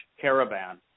caravan